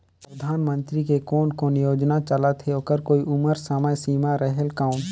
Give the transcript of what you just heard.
परधानमंतरी के कोन कोन योजना चलत हे ओकर कोई उम्र समय सीमा रेहेल कौन?